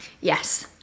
Yes